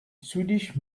swedish